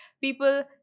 People